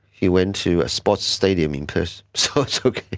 he went to a sports stadium in perth, so it's okay.